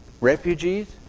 Refugees